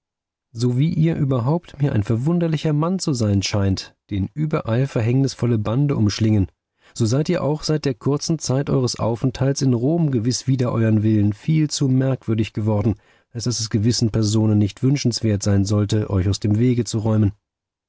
so wie ihr überhaupt mir ein verwunderlicher mann zu sein scheint den überall verhängnisvolle bande umschlingen so seid ihr auch seit der kurzen zeit eures aufenthalts in rom gewiß wider euern willen viel zu merkwürdig geworden als daß es gewissen personen nicht wünschenswert sein sollte euch aus dem wege zu räumen